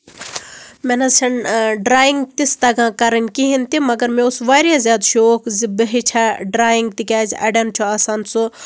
مےٚ نہ حظ چھَنہٕ ڈریِنگ تِژھ تَگان کَرٕنۍ کِہیٖنۍ تہِ مَگر مےٚ اوس واریاہ زیادٕ شوق زِ بہٕ ہیٚچھٕ ہا ڈریِنگ تِکیازِ اَڑٮ۪ن چھُ آسان سُہ